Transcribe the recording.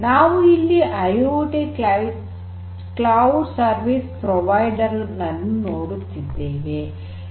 ನಾವು ಇಲ್ಲಿ IIOT cloud service provider ನನ್ನು ನೋಡುತ್ತಿದ್ದೇವೆ